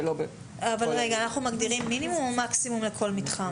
אנחנו מגדירים מינימום או מקסימום לכל מתחם?